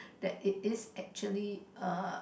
that it is actually uh